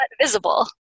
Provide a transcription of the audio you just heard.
visible